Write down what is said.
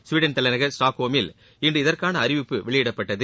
Sweden தலைநகர் ஸ்டாக்ஹோமில் இன்று இதற்கான அறிவிப்பு வெளியிடப்பட்டது